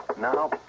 Now